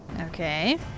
Okay